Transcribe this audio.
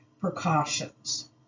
precautions